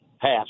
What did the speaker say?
passed